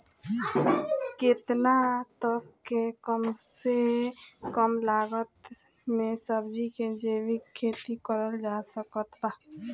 केतना तक के कम से कम लागत मे सब्जी के जैविक खेती करल जा सकत बा?